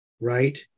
right